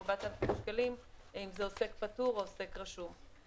4,000 שקלים אם זה עוסק פטור או עוסק רשום.